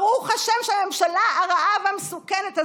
ברוך השם שהממשלה הרעה והמסוכנת הזאת,